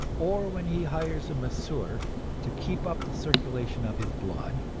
or when he hires a masseur to keep up the circulation of his blood,